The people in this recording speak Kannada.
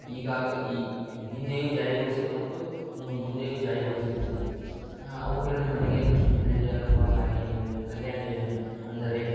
ಈಗಾಗ ಈ ಹಿಂದೆಯೂ ಜಾರಿಗೊಳಿಸಿದೆ ಮತ್ತು ಇನ್ನು ಮುಂದೆಯೂ ಜಾರಿಗೊಳಿಸುತ್ತಿದೆ ಅವುಗಳಲ್ಲಿ ನನಗೆ ಒಂದಿಷ್ಟು ತಿಳಿದಿರುವ ಹಾಗೆ ಏನೆಂದರೆ ಕಲ್ಯಾಣ್ ಯೋಜನೆ ಅಂದರೆ